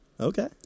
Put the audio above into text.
Okay